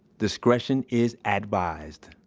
discretion is advised